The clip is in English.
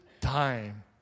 time